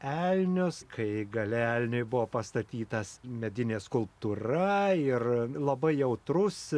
elnius kai gale elniui buvo pastatytas medinė skulptūra ir labai jautrus